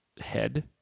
head